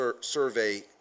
survey